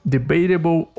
Debatable